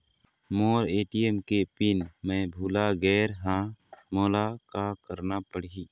मोर ATM के PIN मैं भुला गैर ह, मोला का करना पढ़ही?